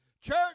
Church